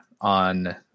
on